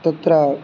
तत्र